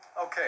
Okay